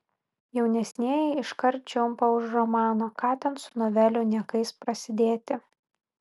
jaunesnieji iškart čiumpa už romano ką ten su novelių niekais prasidėti